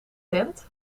tent